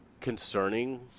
concerning